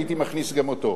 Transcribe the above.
הייתי מכניס גם אותו,